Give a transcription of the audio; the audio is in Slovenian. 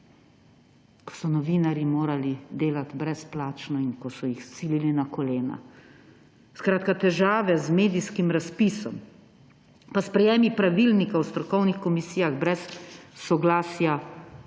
ko so novinarji morali delati brezplačno in ko so jih silili na kolena. Skratka, težave z medijskim razpisom, pa sprejemi pravilnikov o strokovnih komisijah brez soglasja